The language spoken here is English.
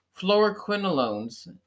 fluoroquinolones